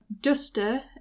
Duster